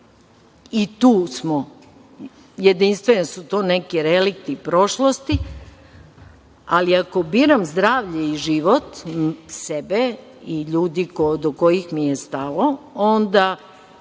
i tu smo jedinstveni da su to neki relikti prošlosti, ali ako biram zdravlje i život sebe i ljudi do kojih mi je stalo, onda